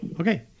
Okay